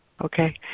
okay